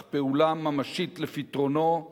אך פעולה ממשית לפתרונו,